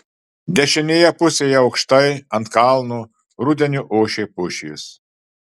dešinėje pusėje aukštai ant kalno rudeniu ošė pušys